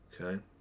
Okay